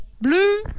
Blue